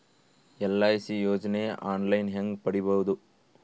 LIC ಯೋಜನೆ online ಹೇಂಗ ಪಡಿಬಹುದು?